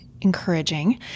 encouraging